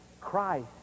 Christ